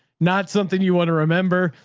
not something you want to remember.